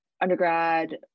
undergrad